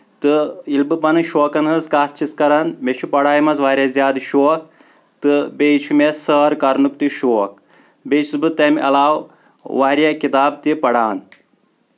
تہٕ ییٚلہِ بہٕ پَنٕنۍ شوقَن ہٕنز کَتھ چھُس کران مےٚ چھُ پَڑاے منٛز واریاہ زیادٕ شوق تہٕ بیٚیہِ چھُ مےٚ سٲر کرنُک تہِ شوق بیٚیہِ چھُس بہٕ تَمہِ علاوٕ واریاہ کِتاب تہِ پَران